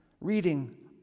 reading